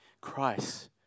Christ